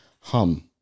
Hum